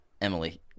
Emily